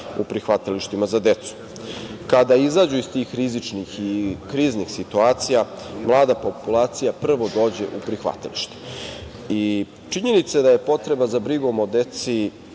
u prihvatilištima za decu. Kada izađu iz tih rizičnih i kriznih situacija, mlada populacija prvo dođe u prihvatilište. Činjenica da je potreba za brigom o deci